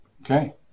Okay